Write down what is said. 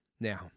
Now